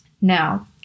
Now